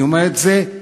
אני אומר את זה,